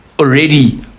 already